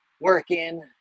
working